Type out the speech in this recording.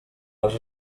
les